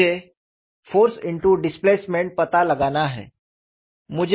मुझे force into displacement f d पता लगाना है